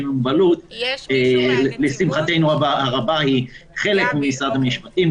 עם מוגבלות לשמחתנו הרבה היא חלק ממשרד המשפטים,